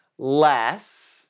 less